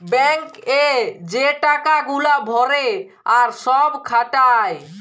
bank এ যে টাকা গুলা ভরে আর সব খাটায়